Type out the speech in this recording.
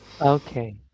Okay